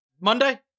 Monday